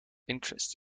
interest